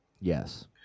Yes